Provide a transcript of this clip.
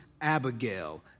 Abigail